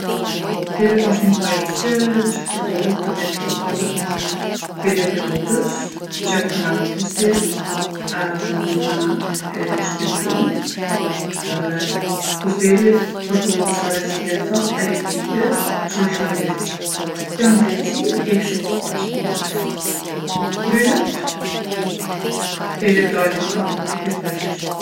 Tosteri osht ni pajisje që përdoret për me pjekë bukën. Felet e bukës i qet mrena tosterit edhe mandena e shtyp pullën edhe tosteri përdorë disa rezistenca elektriike që lshojnë nxehtsi. Kjo nxehtsi e pjekë sipërfaqen e bukës. Kur kryhet, felet dalin automatikisht vet jashtë.